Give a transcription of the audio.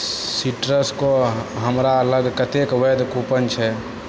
citrus कऽ हमरा लग कतेक वैध कूपन छै